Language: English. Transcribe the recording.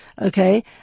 Okay